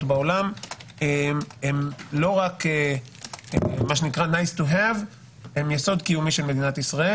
בעולם הם לא רק נחמד שיהיה אלא יסוד קיומי של מדינת ישראל.